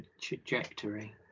trajectory